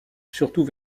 surtout